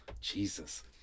Jesus